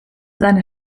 seine